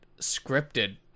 scripted